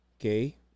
okay